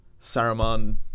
Saruman